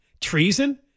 treason